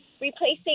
replacing